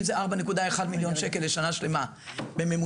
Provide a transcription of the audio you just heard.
אם זה 4.1 מיליון שקל לשנה שלמה בממוצע,